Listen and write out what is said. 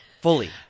Fully